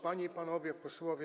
Panie i Panowie Posłowie!